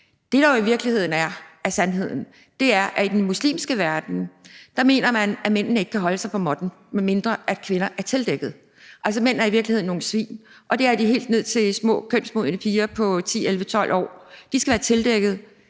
Det, der jo i virkeligheden er sandheden, er, at i den muslimske verden mener man, at mændene ikke kan holde sig på måtten, medmindre kvinder er tildækket, altså at mænd i virkeligheden er nogle svin, og at det er de i forhold til selv små kønsmodne piger på 10, 11, 12 år; derfor skal de være tildækket.